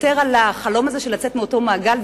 לוותר על החלום הזה של לצאת מאותו מעגל,